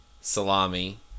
salami